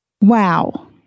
Wow